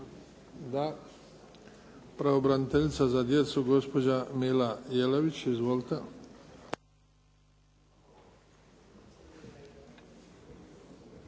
Da. Pravobraniteljica za djecu gospođa Mila Jelavić. Izvolite.